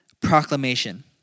proclamation